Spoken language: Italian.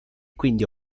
quindi